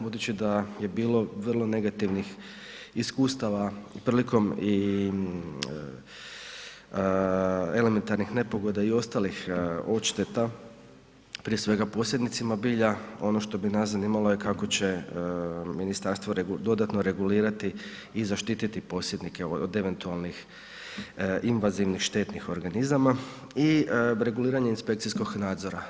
Budući da je bilo vrlo negativnih iskustava prilikom elementarnih nepogoda i ostalih odšteta, prije svega posjednicima bilja, ono što bi nas zanimalo je kako će ministarstvo dodatno regulirati i zaštititi posjednike od eventualnih invazivnih štetnih organizama i reguliranje inspekcijskog nadzora.